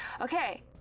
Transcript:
Okay